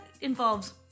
involves